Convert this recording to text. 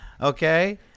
okay